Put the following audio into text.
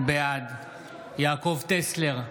בעד יעקב טסלר,